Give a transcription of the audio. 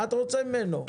מה אתה רוצה ממנו?